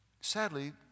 Sadly